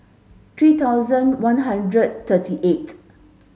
three thousand one hundred thirty eight